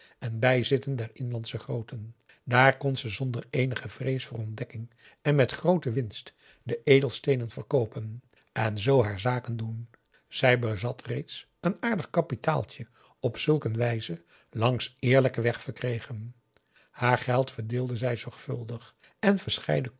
en bijzitten der inlandsche grooten daar kon ze zonder eenige vrees voor ontdekking en met groote winst de edelgesteenten verkoopen en zoo haar zaken doen zij bezat reeds een aardig kapitaaltje op zulk een wijze langs eerlijken weg verkregen haar geld verdeelde zij zorgvuldig en